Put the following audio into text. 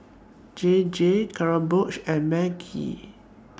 J J Kronenbourg and Maggi